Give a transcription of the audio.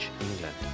England